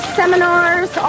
seminars